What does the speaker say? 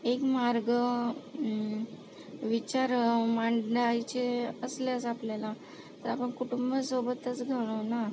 एक मार्ग विचार मांडायचे असल्यास आपल्याला तर आपण कुटुंबासोबतच घालवू ना